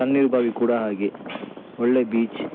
ತಣ್ಣೀರ್ಬಾವಿ ಕೂಡ ಹಾಗೆ ಒಳ್ಳೆಯ ಬೀಚ್